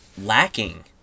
lacking